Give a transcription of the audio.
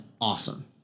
awesome